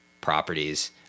properties